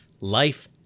life